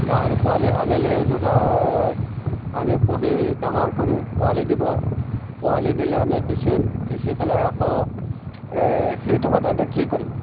গাহৰি পোৱালি আনিলে দুটা আনি পুহি ডাঙৰ কৰি পোৱালি দিব পোৱালি দিলে আমি বেচিম বেচি পেলাই আকৌ সেই টকাটো এতিয়া কি কৰিম